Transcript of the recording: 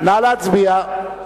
נא להצביע.